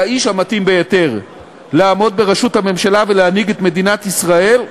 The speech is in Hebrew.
כאיש המתאים ביותר לעמוד בראשות הממשלה ולהנהיג את מדינת ישראל.